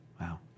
Wow